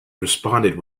responded